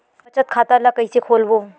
बचत खता ल कइसे खोलबों?